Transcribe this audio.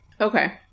Okay